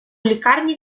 лікарні